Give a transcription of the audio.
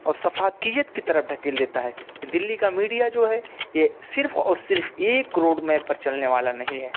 اور سفاکیت کی طرف ڈھکیل دیتا ہے یہ دلی کا میڈیا جو ہے یہ صرف اور صرف ایک روڈ میپ پر چلنے والا نہیں ہے